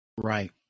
Right